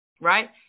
right